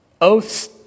oaths